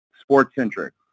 sports-centric